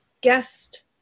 guest